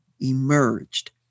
emerged